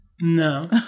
No